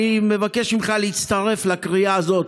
אני מבקש ממך להצטרף לקריאה הזאת,